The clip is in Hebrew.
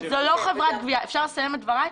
זו לא חברת גבייה, אפשר לסיים את דברי?